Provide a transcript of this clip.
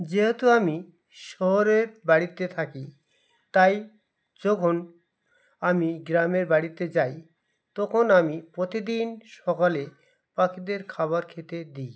যেহেতু আমি শহরের বাড়িতে থাকি তাই যখন আমি গ্রামের বাড়িতে যাই তখন আমি প্রতিদিন সকালে পাখিদের খাবার খেতে দিই